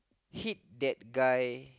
hit that guy